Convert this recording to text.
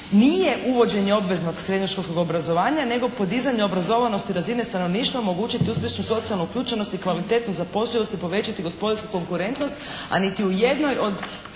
nije uvođenje obveznog srednjoškolskog obrazovanja, nego podizanje obrazovanosti razine stanovništva, omogućiti uspješnu socijalnu uključenost i kvalitetu zapošljivosti povećati gospodarsku konkurentnost, a niti u jednoj od